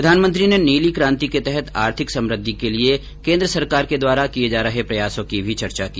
प्रधानमंत्री ने नीली कांति के तहत आर्थिक समृद्धि के लिये केन्द्र सरकार के द्वारा किये जा रहे प्रयासों की भी चर्चा की